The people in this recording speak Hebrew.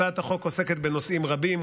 הצעת החוק עוסקת בנושאים רבים,